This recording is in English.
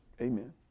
Amen